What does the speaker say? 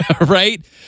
right